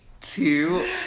two